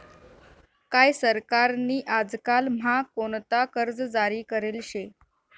काय सरकार नी आजकाल म्हा कोणता कर्ज जारी करेल शे